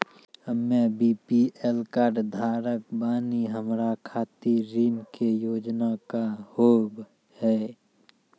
हम्मे BPL card धारक बानि हमारा खातिर ऋण के योजना का होव हेय?